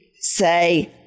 say